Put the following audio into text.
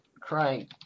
Crying